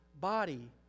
body